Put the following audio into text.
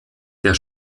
der